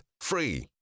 free